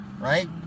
Right